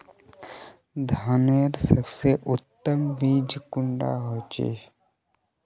धानेर सबसे उत्तम बीज कुंडा होचए?